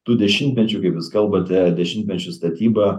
tų dešimtmečių kaip jūs kalbate dešimtmečių statyba